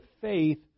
faith